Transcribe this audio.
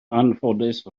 anffodus